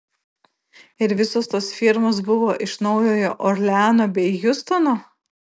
ir visos tos firmos buvo iš naujojo orleano bei hjustono